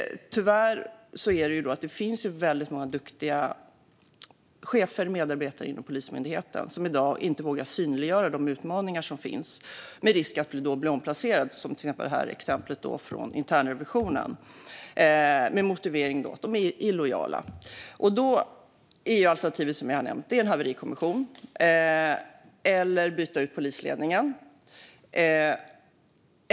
Tyvärr finns det väldigt många duktiga chefer och medarbetare inom Polismyndigheten som i dag inte vågar synliggöra de utmaningar som finns på grund av risk för att bli omplacerade, som i exemplet från internrevisionen, med motiveringen att de är illojala. Jag har nämnt alternativen. Man kan ha en haverikommission. Man kan byta ut polisledningen.